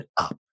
up